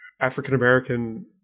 African-American